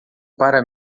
para